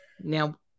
now